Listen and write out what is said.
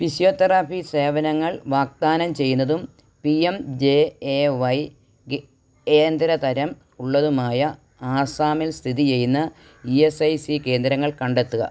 physiotherapy സേവനങ്ങൾ വാഗ്ദാനം ചെയ്യുന്നതും P M J A Y കേന്ദ്ര തരം ഉള്ളതുമായ ആസാമിൽ സ്ഥിതി ചെയ്യുന്ന ഇ എസ് ഐ സി കേന്ദ്രങ്ങൾ കണ്ടെത്തുക